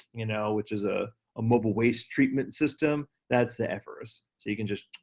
you know, which is a ah mobile waste treatment system, that's the everus. so you can just,